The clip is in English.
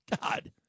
God